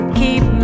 keep